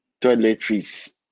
toiletries